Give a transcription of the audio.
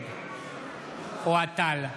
נגד אוהד טל,